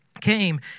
came